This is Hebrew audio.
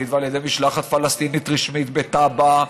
ועל ידי משלחת פלסטינית רשמית בטאבה,